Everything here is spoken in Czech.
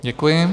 Děkuji.